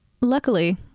Luckily